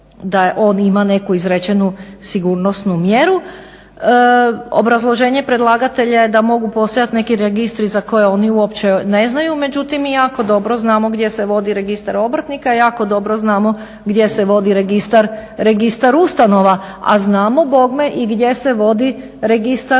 je on ima neku izrečenu sigurnosnu mjeru. Obrazloženje predlagatelja je da mogu postojati neki registri za koje oni uopće ne znaju, međutim mi jako dobro znamo gdje se vodi registar obrtnika i jako dobro znamo gdje se vodi registar ustav, a znamo bogme i gdje se vodi registar